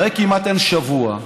הרי כמעט אין שבוע,